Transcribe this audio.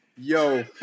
Yo